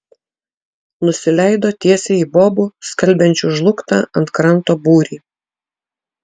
nusileido tiesiai į bobų skalbiančių žlugtą ant kranto būrį